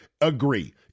agree